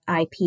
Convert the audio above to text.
IP